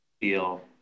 feel